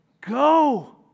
Go